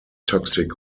toxic